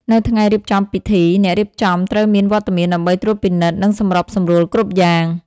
នៅថ្ងៃរៀបចំពិធី អ្នករៀបចំត្រូវមានវត្តមានដើម្បីត្រួតពិនិត្យ និងសម្របសម្រួលគ្រប់យ៉ាង។